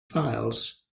files